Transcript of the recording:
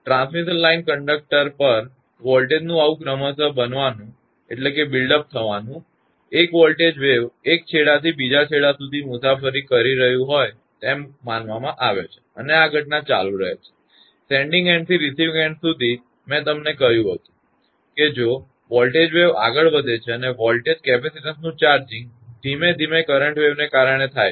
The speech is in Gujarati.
ટ્રાન્સમિશન લાઇન કંડકટરો ઉપર વોલ્ટેજનું આવું ક્રમશ બનવાનું એક વોલ્ટેજ વેવ એક છેડેથી બીજા છેડા સુધી મુસાફરી કરી રહ્યું હોય તેવું માનવામાં આવે છે અને આ ઘટના ચાલુ રહે છે સેન્ડીંગ એન્ડ થી રિસીવીંગ એન્ડ સુધી મેં તમને કહ્યું હતું કે જો વોલ્ટેજ વેવ આગળ વધે છે અને વોલ્ટેજ કેપેસિટીન્સનું ચાર્જિગ ધીમે ધીમે કરંટ વેવને કારણે થાય છે